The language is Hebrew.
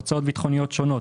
הוצאות ביטחוניות שונות,